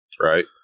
right